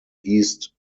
east